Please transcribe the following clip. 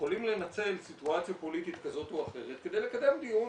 יכולים לנצל סיטואציה פוליטית כזאת או אחרת כדי לקדם דיון